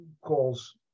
calls